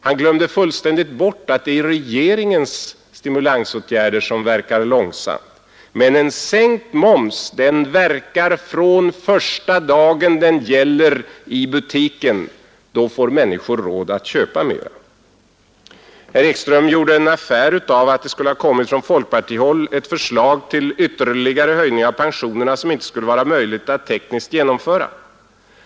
Han glömde fullständigt bort att det är regeringens stimulansåtgärder som verkar långsamt, men en sänkt moms verkar från första dagen den gäller i butiken. Då får människor råd att köpa mera. Herr Ekström gjorde en affär av att det skulle ha kommit från folkpartihåll ett förslag till ytterligare höjning av pensionerna som inte skulle vara möjligt att tekniskt genomföra.